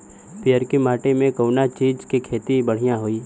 पियरकी माटी मे कउना चीज़ के खेती बढ़ियां होई?